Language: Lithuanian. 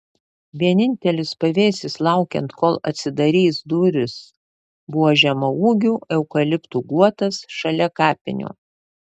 vienintelis pavėsis laukiant kol atsidarys durys buvo žemaūgių eukaliptų guotas šalia kapinių